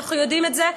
אנחנו יודעים את זה,